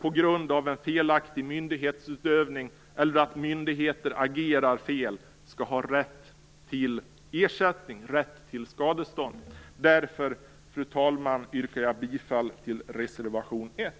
på grund av en felaktig myndighetsutövning eller på grund av att myndigheter agerar fel skall ha rätt till ersättning, rätt till skadestånd. Därför, fru talman, yrkar jag bifall till reservation 1.